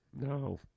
No